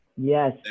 Yes